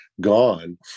gone